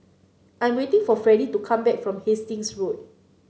I'm waiting for Freddy to come back from Hastings Road